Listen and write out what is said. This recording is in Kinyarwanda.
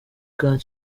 camp